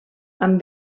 amb